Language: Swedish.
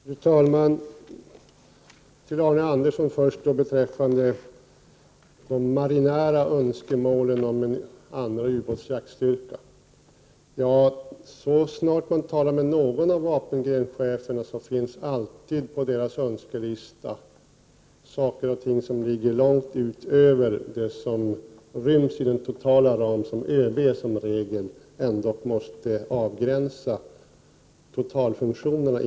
Fru talman! Till Arne Andersson i Ljung vill jag först säga några ord om de marina önskemålen om en andra ubåtsjaktstyrka. Så snart man talar med någon av försvarsgrenscheferna får man höra att högt upp på deras önskelista finns sådant som går långt utöver vad som ryms inom den ram som ÖB måste sätta upp för de totala försvarsfunktionerna.